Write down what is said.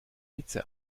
hitze